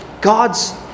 God's